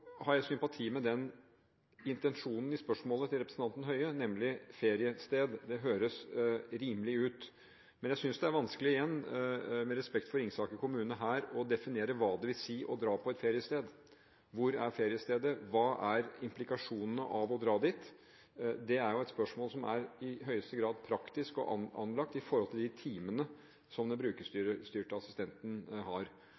har jeg sympati med intensjonen i spørsmålet til representanten Høie, nemlig dette med feriested. Det høres rimelig ut. Men jeg synes igjen det er vanskelig, med respekt for Ringsaker kommune, her å definere hva det vil si å dra til et feriested – hvor er feriestedet, hva er implikasjonene av å dra dit? Dette er jo et spørsmål som i høyeste grad i praksis angår de timene som den brukerstyrte assistenten har.